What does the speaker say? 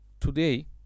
today